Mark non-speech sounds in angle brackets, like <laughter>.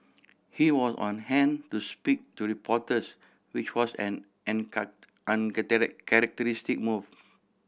he was on hand to speak to reporters which was an <unintelligible> characteristic moves